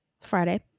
friday